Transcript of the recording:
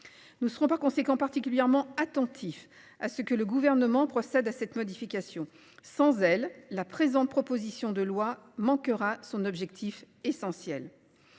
Nous serons par conséquent particulièrement attentif à ce que le gouvernement procède à cette modification sans elle la présente, proposition de loi manquera son objectif essentiel.